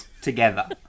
together